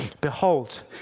Behold